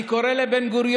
אני קורא לבן-גוריון: